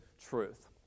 truth